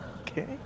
Okay